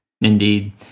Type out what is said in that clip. indeed